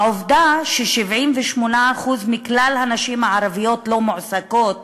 העובדה ש-78% מכלל הנשים הערביות לא מועסקות